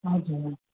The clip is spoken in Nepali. हजुर